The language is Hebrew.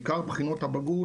בעיקר בחינות הבגרות,